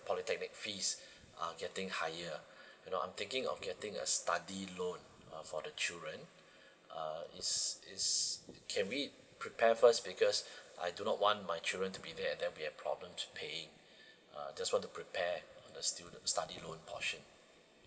polytechnic fees are getting higher you know I'm thinking to getting a study loan uh for the children uh is is can we prepare first because I do not want my children to be there and then we have problem to paying uh just want to prepare on the student study loan portion